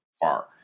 far